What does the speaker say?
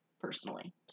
personally